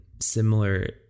similar